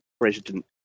President